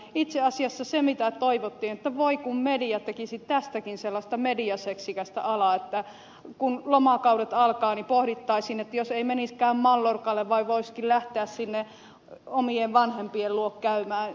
itse asiassa toivottiin että voi kun media tekisi tästäkin sellaista mediaseksikästä alaa että kun lomakaudet alkavat niin pohdittaisiin että jos ei mentäisikään mallorcalle vaan voisikin lähteä sinne omien vanhempien luokse käymään